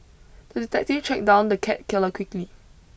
the detective tracked down the cat killer quickly